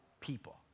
people